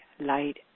light